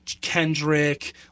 kendrick